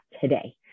today